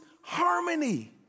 harmony